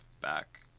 back